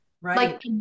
Right